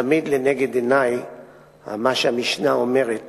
תמיד עומד לנגד עיני מה שהמשנה אומרת